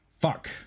Fuck